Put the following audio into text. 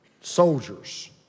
soldiers